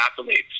athletes